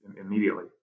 immediately